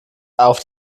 auf